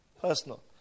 Personal